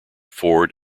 ford